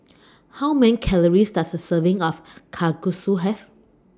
How Many Calories Does A Serving of Kalguksu Have